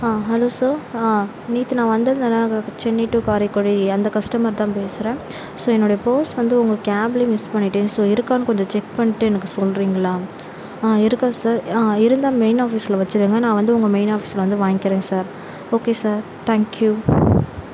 hello sir நேற்று நான் வந்திருந்தேனா அங்கே சென்னை டூ காரைக்குடி அந்த கஸ்டமர் தான் பேசுகிறேன் ஸோ என்னோட பர்ஸ் வந்து உங்கள் கேப்பிலே மிஸ் பண்ணிவிட்டேன் ஸோ இருக்கான்னு கொஞ்சம் செக் பண்ணிவிட்டு எனக்கு சொல்கிறீங்களா இருக்கா சார் இருந்தால் மெயின் ஆஃபிஸ்சில் வச்சுருங்க நான் வந்து உங்கள் மெயின் ஆஃபிஸ்சில் வந்து வாங்கிக்கிறேன் சார் ஓகே சார் தேங்க்யூ